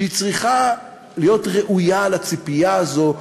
שהיא צריכה להיות ראויה לציפייה הזאת,